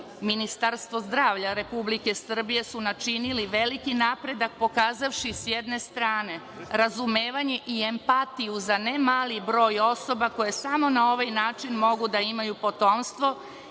Ministarstvo zdravlja Republike Srbije su načinili veliki napredak pokazavši, s jedne strane, razumevanje i empatiju za ne mali broj osoba koje samo na ovaj način mogu da imaju potomstvo